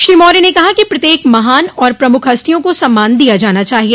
श्री मौर्य ने कहा कि प्रत्येक महान और प्रमुख हस्तियों को सम्मान दिया जाना चाहिए